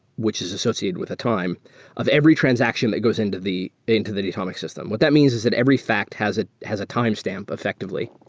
which is associated with a time of every transaction that goes into the into the datomic system. what that means is that every fact has ah a a timestamp effectively.